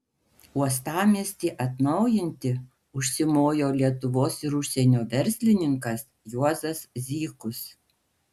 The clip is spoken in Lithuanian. uostamiestį atnaujinti užsimojo lietuvos ir užsienio verslininkas juozas zykus